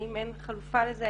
האם אין חלופה לזה?